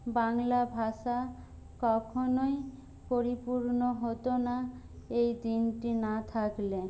বাংলা ভাসা কখনোই পরিপূর্ণ হতো না এই দিনটি না থাকলে